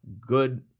good